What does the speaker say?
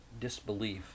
disbelief